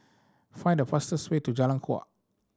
find the fastest way to Jalan Kuak